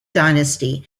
dynasty